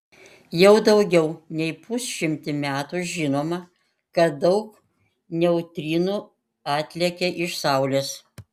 jau daugiau nei pusšimtį metų žinoma kad daug neutrinų atlekia iš saulės